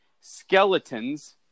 skeletons